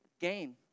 gain